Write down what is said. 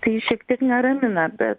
tai šiek tiek neramina bet